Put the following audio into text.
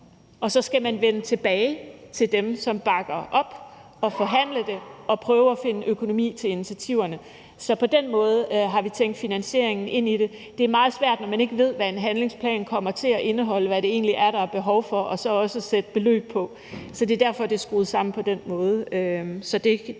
og så skal man vende tilbage til dem, som bakker op, og forhandle det og prøve at finde økonomi til initiativerne. Så på den måde har vi tænkt finansiering ind i det. Det er meget svært at sætte beløb på, når man ikke ved, hvad en handlingsplan kommer til at indeholde, og hvad det egentlig er, der er behov for. Så det er derfor, det er skruet sammen på den måde.